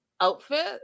outfit